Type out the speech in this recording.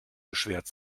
beschwert